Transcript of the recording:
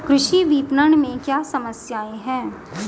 कृषि विपणन में क्या समस्याएँ हैं?